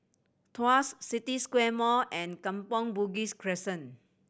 Tuas City Square Mall and Kampong Bugis Crescent